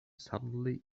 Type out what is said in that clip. suddenly